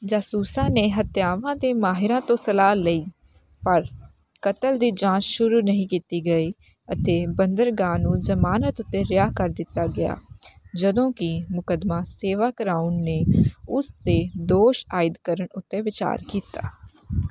ਜਾਸੂਸਾਂ ਨੇ ਹੱਤਿਆਵਾਂ ਦੇ ਮਾਹਿਰਾਂ ਤੋਂ ਸਲਾਹ ਲਈ ਪਰ ਕਤਲ ਦੀ ਜਾਂਚ ਸ਼ੁਰੂ ਨਹੀਂ ਕੀਤੀ ਗਈ ਅਤੇ ਬੰਦਰਗਾਹ ਨੂੰ ਜ਼ਮਾਨਤ ਉੱਤੇ ਰਿਹਾਅ ਕਰ ਦਿੱਤਾ ਗਿਆ ਜਦੋਂ ਕਿ ਮੁਕਦਮਾ ਸੇਵਾ ਕਰਾਊਨ ਨੇ ਉਸ 'ਤੇ ਦੋਸ਼ ਆਇਦ ਕਰਨ ਉੱਤੇ ਵਿਚਾਰ ਕੀਤਾ